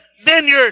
vineyard